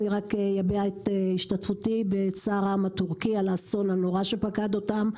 אני רוצה להביע את השתתפותי בצער העם התורכי על האסון הנורא שפקד אותם.